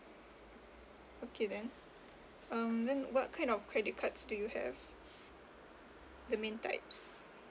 okay then um what kind of credit cards do you have the main types